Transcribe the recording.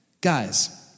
Guys